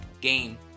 game